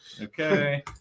Okay